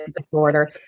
disorder